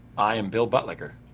i am bill buttlicker.